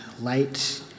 light